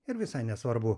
ir visai nesvarbu